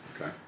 Okay